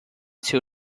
two